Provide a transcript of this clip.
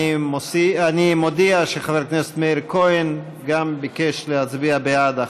אני מודיע שחבר הכנסת מאיר כהן גם ביקש להצביע בעד החוק.